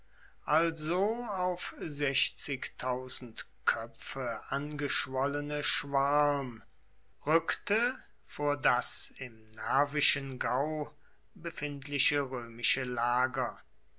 also auf köpfe angeschwollene schwarm rückte vor das im nervischen gau befindliche römische lager